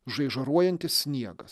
žaižaruojantis sniegas